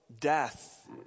death